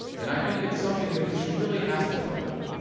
and i think it's something that you should really ask them about.